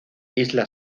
isla